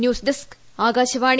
news desk Akashvani